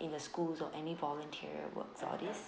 in the schools or any volunteer work for this